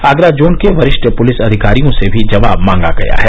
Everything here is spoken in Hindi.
आगरा जोन के वरिष्ठ पुलिस अधिकारियों से भी जवाब मांगा गया है